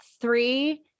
three